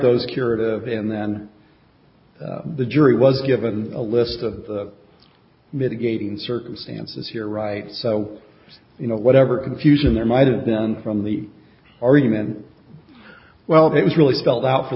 those curative and then the jury was given a list of mitigating circumstances here right so you know whatever confusion there might have been from the argument well it was really spelled out for